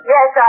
Yes